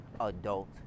adult